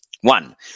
One